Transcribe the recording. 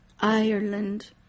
Ireland